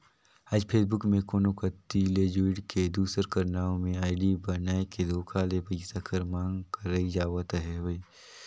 आएज फेसबुक में कोनो कती ले जुइड़ के, दूसर कर नांव में आईडी बनाए के धोखा ले पइसा कर मांग करई जावत हवे